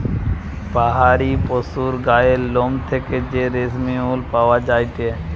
পাহাড়ি পশুর গায়ের লোম থেকে যে রেশমি উল পাওয়া যায়টে